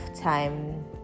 time